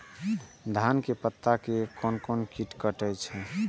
धान के पत्ता के कोन कीट कटे छे?